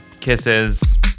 Kisses